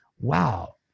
Wow